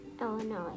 Illinois